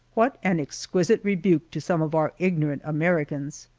what an exquisite rebuke to some of our ignorant americans!